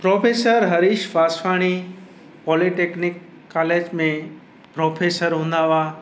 professor Harish Vaswani polytechnic college में professor हूंदा हुआ